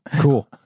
Cool